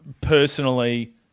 personally